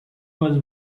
was